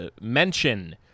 mention